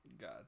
God